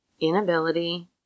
inability